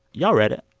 y'all read it?